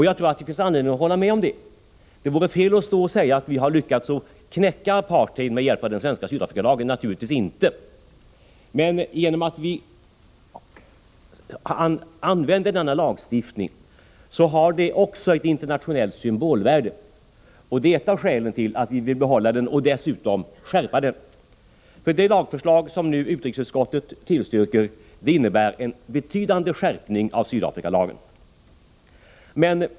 Jag tror att det finns anledning att hålla med om det. Det vore fel att säga att vi har lyckats knäcka apartheid med hjälp av den svenska Sydafrikalagen. Det har vi naturligtvis inte. Men att vi tillämpar denna lagstiftning har också ett internationellt symbolvärde, och det är ett av skälen till att vi vill behålla och dessutom skärpa den. Det lagförslag som utrikesutskottet nu tillstyrker innebär en betydande skärpning av Sydafrikalagen.